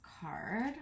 card